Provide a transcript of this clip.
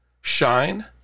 shine